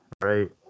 right